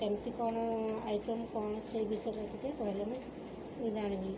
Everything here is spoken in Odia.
ଏମିତି କ'ଣ ଆଇଟମ୍ କ'ଣ ସେହି ବିଷୟରେ ଟିକିଏ କହିଲେ ମୁଁ ଜାଣିବି